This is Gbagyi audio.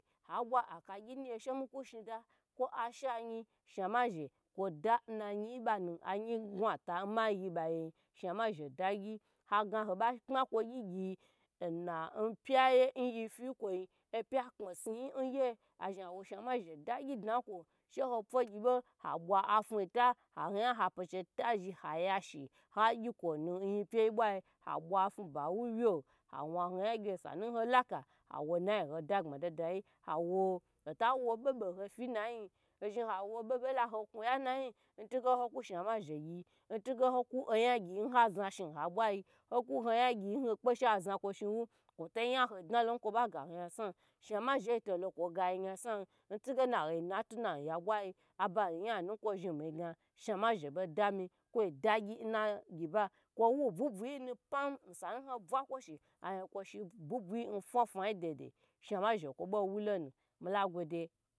Ha bwa akagyi nu gye anye kwoda ashe anye shnuma zhe kwo da na nye n gwu ta shnuma zhe dagyi hagna hobe kpakwo gyegye n pyayi n opya kpesnu n ye a zhni a wo shnuma zhe ndagyi dna ko she ho pwugyibo habwa afyi ta hakwu peche tazhni ha yashe ha gyikonu n nyipyi boi abwa afwuba n hagyi ko n nyipyi boi ha bwa afuba n wu wyo hawya ho gye sa nu hola ka ha wo nayi ho dagbma da dyi ha wo hota wo bebe hofi n nyai n tugye wo kwu shnuma zhe gye n tugye ho kwugyi gye n ha zhnahi n ha byi hokwu honya gyi hai kpe she a zhna kwonyi wu kwo to nyaho dnalo n kwobe ga ho nyasnu shnuma zhe to lo kwoi gyai nyasnu n tugyena o yenu ti na yabwai abanwu n ko zhni mi dagye shnuma zhe be dami koi dagyi na gyiba kwowu byibyi pam osanu ho bwakwa shi hagyi kwoshe n byibyi n fyan fyin de de mi la gode